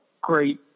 great